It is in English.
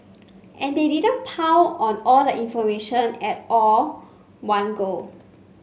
and they didn't pile on all the information at all one go